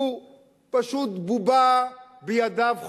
הוא פשוט בובה בידיו,